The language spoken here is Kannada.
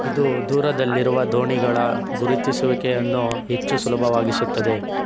ಇದು ದೂರದಲ್ಲಿರುವ ದೋಣಿಗಳ ಗುರುತಿಸುವಿಕೆಯನ್ನು ಹೆಚ್ಚು ಸುಲಭವಾಗಿಸುತ್ತದೆ